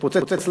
התפוצץ להם,